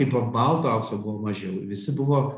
kaip va balto aukso buvo mažiau ir visi buvo